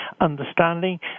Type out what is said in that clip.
understanding